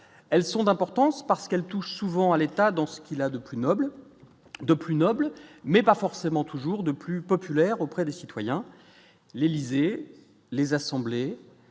elles sont d'importance, parce qu'elle touche souvent à l'État dans ce qu'il a de plus noble de plus noble, mais pas forcément toujours de plus populaire auprès des citoyens, l'Élysée, les assemblées,